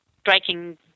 striking